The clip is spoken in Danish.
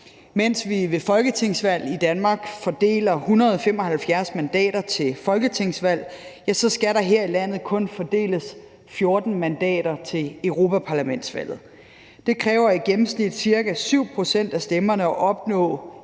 mandat til Folketinget. Mens vi i Danmark fordeler 175 mandater til folketingsvalg, skal der her i landet kun fordeles 14 mandater til europaparlamentsvalget. Det kræver i gennemsnit ca. 7 pct. af stemmerne at opnå